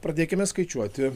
pradėkime skaičiuoti